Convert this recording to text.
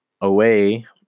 away